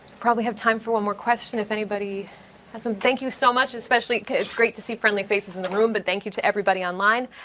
probably have time for one more question if anybody has some. thank you so much especially because it's great to see friendly faces in the room. but thank you to everybody online.